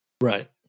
right